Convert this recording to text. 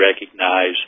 recognize